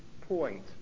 point